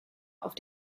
auf